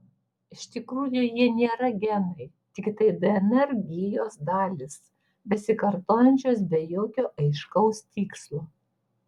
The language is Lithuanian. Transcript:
iš tikrųjų jie nėra genai tiktai dnr gijos dalys besikartojančios be jokio aiškaus tikslo